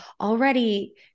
already